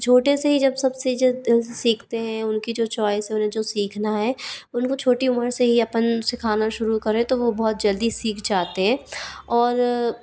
छोटे से ही जब सब से ज़्यादा सीखते है उनकी जो चॉइस होना जो सीखना है उनको छोटी उमर से ही अपन सीखाना शुरू करें तो वो बहुत जल्दी सीख जाते हैं और